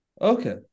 Okay